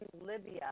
Libya